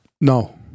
No